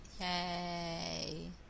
Yay